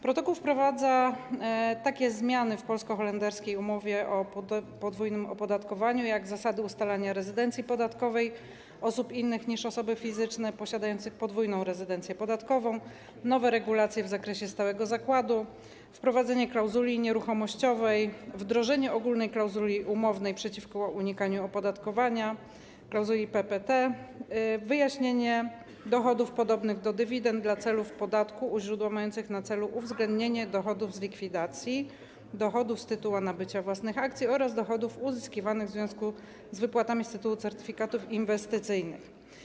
Protokół wprowadza takie zmiany w polsko-holenderskiej umowie o podwójnym opodatkowaniu, jak: zasady ustalania rezydencji podatkowej osób innych niż osoby fizyczne, posiadających podwójną rezydencję podatkową, nowe regulacje w zakresie stałego zakładu, wprowadzenie klauzuli nieruchomościowej, wdrożenie ogólnej klauzuli umownej przeciwko unikaniu opodatkowania, klauzuli PPT, wyjaśnienie dochodów podobnych do dywidend dla celów podatku u źródła, mających na celu uwzględnienie dochodów z likwidacji, dochodów z tytułu nabycia własnych akcji oraz dochodów uzyskiwanych w związku z wypłatami z tytułu certyfikatów inwestycyjnych.